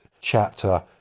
chapter